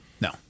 No